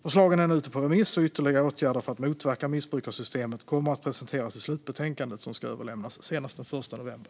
Förslagen är nu ute på remiss, och ytterligare åtgärder för att motverka missbruk av systemet kommer att presenteras i slutbetänkandet som ska överlämnas senast den 1 november.